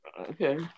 okay